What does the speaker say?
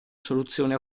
soluzione